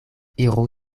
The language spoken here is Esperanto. iru